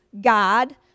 God